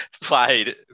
played